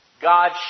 God